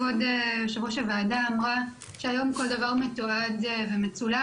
כבוד יושב ראש הוועדה אמרה שהיום כל דבר מתועד ומצולם